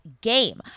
game